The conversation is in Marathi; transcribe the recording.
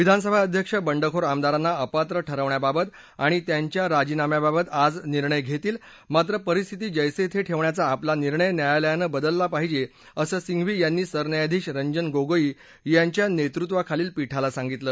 विधानसभा अध्यक्ष बंडखोर आमदारांना अपात्र ठरवण्याबाबत आणि त्यांच्या राजीनाम्याबाबत आज निर्णय घेतील मात्र परिस्थिती जैसे थे ठेवण्याचा आपला निर्णय न्यायालयानं बदलला पाहिजे असं सिंघवी यांनी सरन्यायाधीश रंजन गोगोई यांच्या नेतृत्वाखालील पीठाला सांगितलं